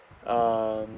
um